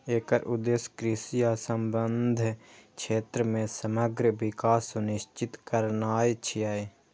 एकर उद्देश्य कृषि आ संबद्ध क्षेत्र मे समग्र विकास सुनिश्चित करनाय छियै